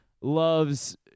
loves